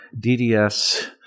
DDS